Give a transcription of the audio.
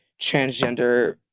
transgender